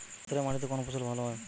পাথরে মাটিতে কোন ফসল ভালো হয়?